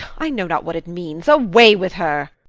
i know not what it means away with her!